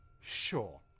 Sure